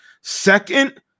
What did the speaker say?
Second